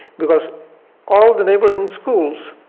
because all the neighboring schools